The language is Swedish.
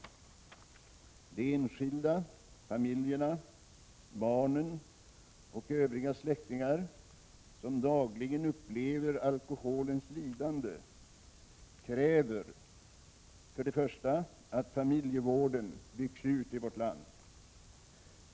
De enskilda familjerna, barnen och övriga släktingar som dagligen upplever alkoholens lidanden kräver för det första att familjevården byggs ut i vårt land.